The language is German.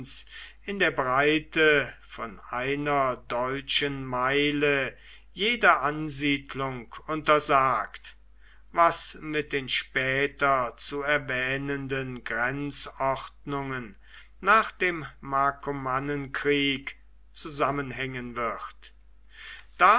in der breite von einer deutschen meile jede ansiedelung untersagt was mit den später zu erwähnenden grenzordnungen nach dem markomannenkrieg zusammenhängen wird